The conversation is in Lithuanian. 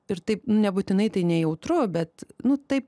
ir taip nebūtinai tai nejautru bet nu taip